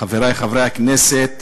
חברי חברי הכנסת,